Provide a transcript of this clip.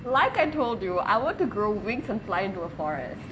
like I told you I want to grow wings and fly into a forest